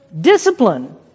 Discipline